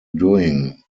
doing